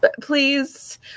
please